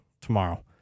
tomorrow